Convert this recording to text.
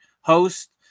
host